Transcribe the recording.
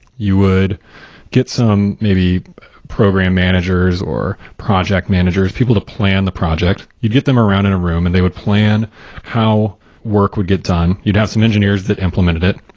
you would get some maybe program managers, or project managers, people to plan the project. you'd get them around in a room and they would plan how work would get done. you'd have some engineers that implemented it.